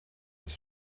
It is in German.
des